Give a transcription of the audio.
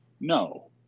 no